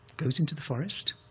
goes into the forest,